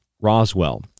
Roswell